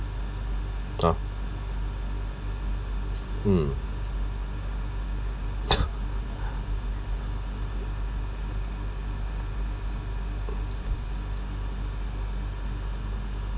ah mm